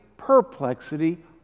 Perplexity